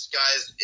guys